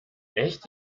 echt